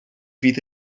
fydd